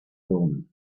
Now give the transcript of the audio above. dawn